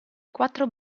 quattro